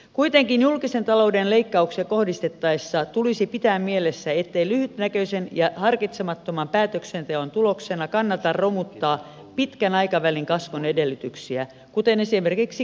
kuitenkin julkisen talouden leikkauksia kohdistettaessa tulisi pitää mielessä ettei lyhytnäköisen ja harkitsemattoman päätöksenteon tuloksena kannata romuttaa pitkän aikavälin kasvun edellytyksiä kuten esimerkiksi koulutusta